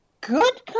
good